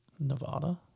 Nevada